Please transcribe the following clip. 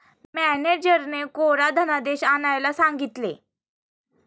मॅनेजरने कोरा धनादेश आणायला सांगितले